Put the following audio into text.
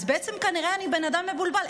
אז בעצם כנראה אני בן אדם מבולבל.